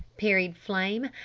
parried flame.